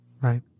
Right